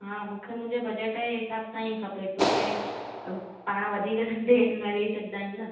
हा मूंखे मुंहिंजे बजेट जे हिसाबु सां ई खपे छोकी पाणु वधीक संडे न ॾेई सघंदा आयूं न